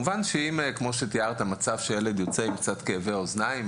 אם הילד יוצא עם קצת כאבי אוזניים,